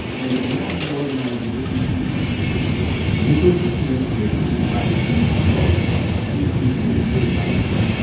and there was massive organized resistance from white parents the movement for school integration was fracturing, exhausted and increasingly appeared out of step